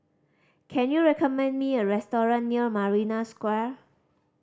can you recommend me a restaurant near Marina Square